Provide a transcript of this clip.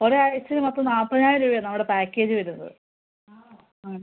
ഒരാഴ്ച മൊത്തം നാൽപ്പതിനായിരം രൂപയാണ് നമ്മുടെ പാക്കേജ് വരുന്നത് ആ